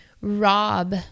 rob